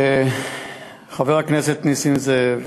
חבר הכנסת נסים זאב,